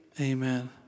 Amen